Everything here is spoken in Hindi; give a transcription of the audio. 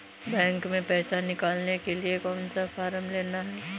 बैंक में पैसा निकालने के लिए कौन सा फॉर्म लेना है?